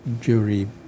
jury